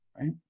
right